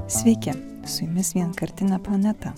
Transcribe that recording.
sveiki su jumis vienkartinė planeta